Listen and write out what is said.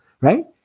right